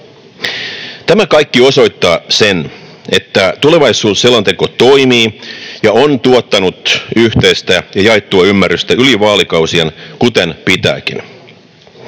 Tämä kaikki osoittaa sen, että tulevaisuusselonteko toimii ja on tuottanut yhteistä ja jaettua ymmärrystä yli vaalikausien, kuten pitääkin.